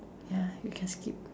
ya you can skip